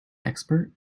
expert